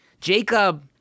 Jacob